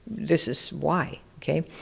this is why, okay.